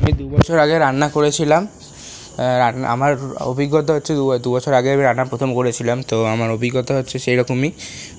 আমি দু বছর আগে রান্না করেছিলাম রান আমার অভিজ্ঞতা হচ্ছে দু দুবছর আগে আমি রান্না প্রথম করেছিলাম তো আমার অভিজ্ঞতা হচ্ছে সেরকমই